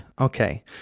Okay